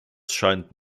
scheint